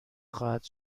خواهد